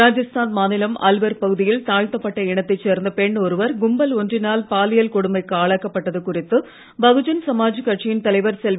ராஜஸ்தான் மாநிலம் அல்வர் பகுதியில் தாழ்த்தப்பட்ட இனத்தைச் சேர்ந்த பெண் ஒருவர் கும்பல் ஒன்றினால் பாலியல் கொடுமைக்கு ஆளாக்கப்பட்டது குறித்து பகுஜன் சமாஜ் கட்சியின் தலைவர் செல்வி